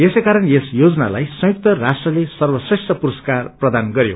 यसैकारण यस योजनालाई संयुक्त राष्ट्रले सर्वश्रेष्ठ पुरस्कार प्रदान गरयो